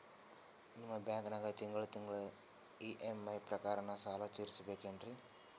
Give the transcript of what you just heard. ನಿಮ್ಮ ಬ್ಯಾಂಕನಾಗ ತಿಂಗಳ ತಿಂಗಳ ಇ.ಎಂ.ಐ ಪ್ರಕಾರನ ಸಾಲ ತೀರಿಸಬೇಕೆನ್ರೀ?